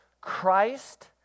Christ